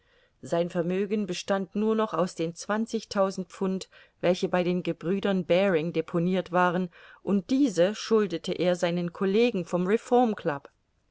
sein vermögen bestand nur noch aus den zwanzigtausend pfund welche bei den gebrüdern baring deponirt waren und diese schuldete er seinen collegen vom